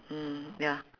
mm ya